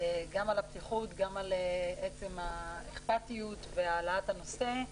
גם על הפתיחות, גם על עצם האכפתיות והעלאת הנושא,